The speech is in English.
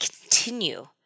continue